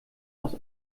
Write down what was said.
aus